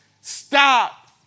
stop